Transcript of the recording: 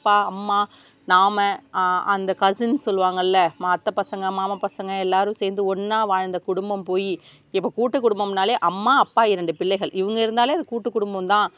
அப்பா அம்மா நாம் அந்த கசின் சொல்லுவாங்கல்ல அத்தை பசங்க மாமா பசங்க எல்லோரும் சேர்ந்து ஒன்றா வாழ்ந்த குடும்பம் போய் இப்போ கூட்டுக் குடும்பம்னால் அம்மா அப்பா இரண்டு பிள்ளைகள் இவங்க இருந்தாலே அது கூட்டுக் குடும்பந்தான்